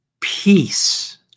peace